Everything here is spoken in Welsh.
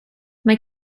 mae